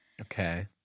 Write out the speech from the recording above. Okay